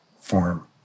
form